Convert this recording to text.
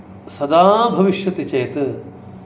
सदा भविष्यति चेत्